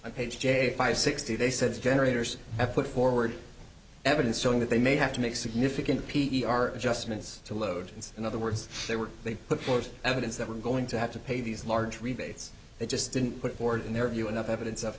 i page j five sixty they said generators at put forward evidence showing that they may have to make significant p e i are adjustments to load and in other words they were they put forth evidence that we're going to have to pay these large rebates they just didn't put forward in their view enough evidence of